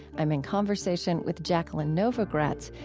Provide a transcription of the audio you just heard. i'm in conversation with jacqueline novogratz,